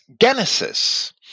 genesis